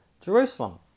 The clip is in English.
Jerusalem